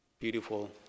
Beautiful